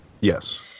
Yes